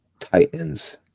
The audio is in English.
Titans